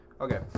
Okay